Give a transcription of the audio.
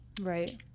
right